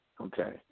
Okay